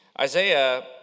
isaiah